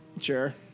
Sure